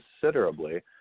considerably